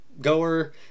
goer